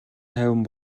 тайван